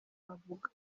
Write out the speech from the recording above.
avuga